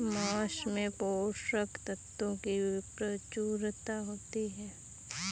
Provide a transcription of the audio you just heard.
माँस में पोषक तत्त्वों की प्रचूरता होती है